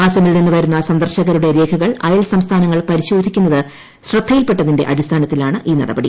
അസമിൽ നിന്ന് വരുന്ന സന്ദർശകരുടെ രേഖകൾ അയൽ സംസ്ഥാനങ്ങൾ പരിശോധിക്കുന്നത് ശ്രദ്ധയിൽപെട്ടതിന്റെ അടിസ്ഥാനത്തിലാണ് ഈ നടപടി